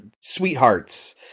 sweethearts